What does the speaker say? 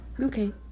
Okay